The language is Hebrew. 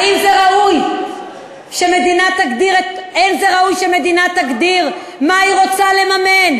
האם אין זה ראוי שמדינה תגדיר מה היא רוצה לממן?